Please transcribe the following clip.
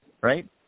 Right